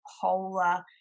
polar